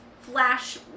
flash